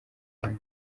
bandi